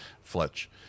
Fletch